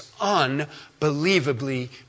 unbelievably